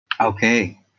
Okay